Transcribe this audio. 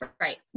Right